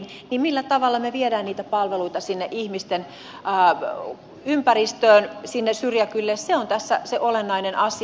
se millä tavalla me viemme niitä palveluita sinne ihmisten ympäristöön sinne syrjäkylille on tässä se olennainen asia